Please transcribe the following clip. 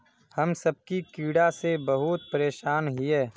हम सब की कीड़ा से बहुत परेशान हिये?